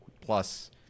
plus